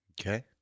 Okay